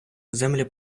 землі